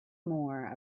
more